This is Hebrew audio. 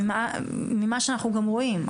ממה שאנחנו גם רואים,